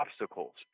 obstacles